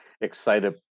excited